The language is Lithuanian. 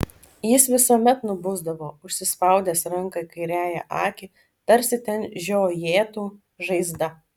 jis visuomet nubusdavo užsispaudęs ranka kairiąją akį tarsi ten žiojėtų žaizda